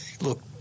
look